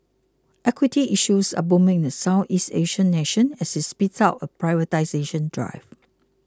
equity issues are booming in the Southeast Asian nation as it speeds up a privatisation drive